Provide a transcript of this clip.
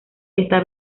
esta